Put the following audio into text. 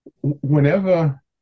Whenever